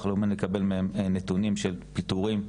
הלאומי ונקבל מהם נתונים של פיטורין,